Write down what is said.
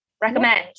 Recommend